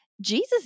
Jesus